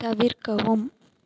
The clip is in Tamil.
தவிர்க்கவும்